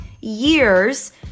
years